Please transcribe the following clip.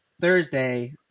Thursday